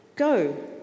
Go